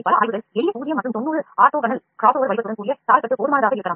பல ஆய்வுகளுக்கு எளிய 0 மற்றும் 90 ஆர்த்தோகனல் அடியிட்ட வடிவத்துடன் கூடிய scaffold போதுமானதாகும்